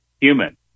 human